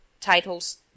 titles